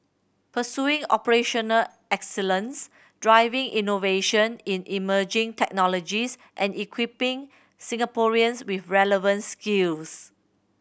pursuing operational excellence driving innovation in emerging technologies and equipping Singaporeans with relevant skills